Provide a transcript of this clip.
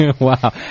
Wow